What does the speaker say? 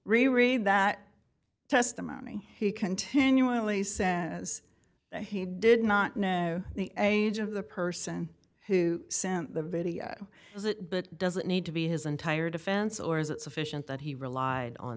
re read that testimony he continually said as he did not know the age of the person who sent the video is it but does it need to be his entire defense or is it sufficient that he relied on